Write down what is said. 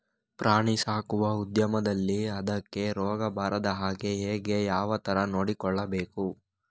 ಪ್ರಾಣಿ ಸಾಕುವ ಉದ್ಯಮದಲ್ಲಿ ಅದಕ್ಕೆ ರೋಗ ಬಾರದ ಹಾಗೆ ಹೇಗೆ ಯಾವ ತರ ನೋಡಿಕೊಳ್ಳಬೇಕು?